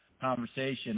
conversation